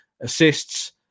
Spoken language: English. Assists